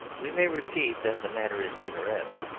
we may repeat that the matter is picaresque.